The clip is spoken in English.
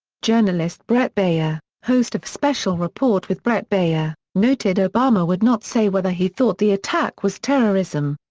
journalist bret baier, host of special report with bret baier, noted obama would not say whether he thought the attack was terrorism.